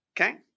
Okay